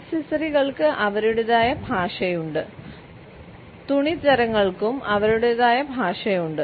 ആക്സസറികൾക്ക് അവരുടേതായ ഭാഷയുണ്ട് തുണിത്തരങ്ങൾക്കും അവരുടേതായ ഭാഷയുണ്ട്